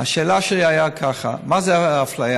השאלה שלי הייתה ככה: מה זה אפליה?